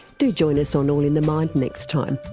do join us on all in the mind next time.